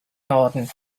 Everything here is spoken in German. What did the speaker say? norden